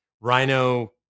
rhino